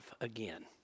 again